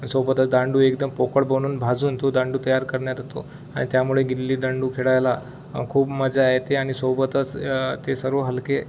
सोबतच दांडू एकदम पोकळ बनवून भाजून तो दांडू तयार करण्यात्त येतो आणि त्यामुळे गिल्ली दांडू खेळाायला खूप मजा येते आणि सोबतच ते सर्व हलके